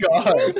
God